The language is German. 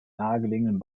nahegelegenen